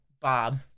Bob